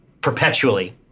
perpetually